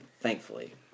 thankfully